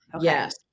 Yes